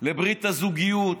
לברית הזוגיות,